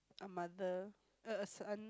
a mother err son